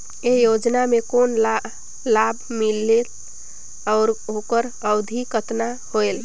ये योजना मे कोन ला लाभ मिलेल और ओकर अवधी कतना होएल